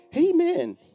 Amen